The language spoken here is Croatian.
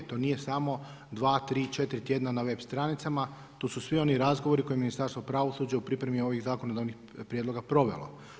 To nije samo 2, 3, 4 tjedna na web stranicama, tu su svi oni razgovori koji u Ministarstvu pravosuđa u pripremi ovih zakonodavnih prijedloga proveo.